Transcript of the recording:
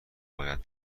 باید